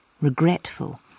regretful